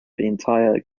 entire